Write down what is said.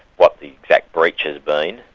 what the exact breach has been,